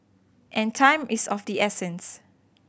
and time is of the essence